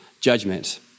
judgment